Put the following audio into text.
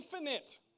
infinite